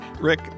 rick